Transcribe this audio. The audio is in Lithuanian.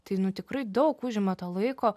tai nu tikrai daug užima to laiko